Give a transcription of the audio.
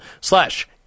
slash